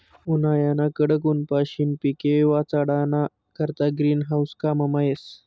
उन्हायाना कडक ऊनपाशीन पिके वाचाडाना करता ग्रीन हाऊस काममा येस